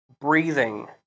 breathing